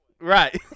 right